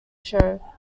show